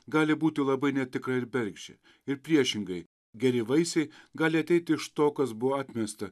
gali būti labai netikra ir bergždžia ir priešingai geri vaisiai gali ateiti iš to kas buvo atmesta